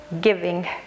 giving